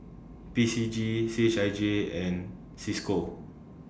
P C G C H I J and CISCO